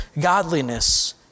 godliness